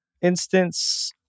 instance